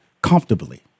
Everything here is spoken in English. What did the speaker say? Comfortably